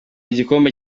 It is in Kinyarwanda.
igikombe